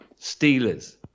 Steelers